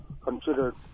considered